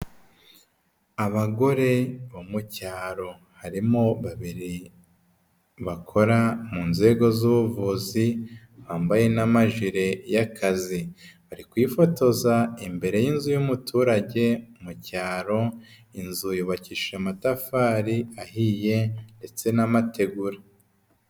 Abagore bo mu cyaro harimo babiri bakora mu nzego z'ubuvuzi bambaye n'amajire y'akazi, bari kwifotoza imbere y'inzu y'umuturage mu cyaro, inzu yubakisha amatafari ahiye ndetse n'amategura.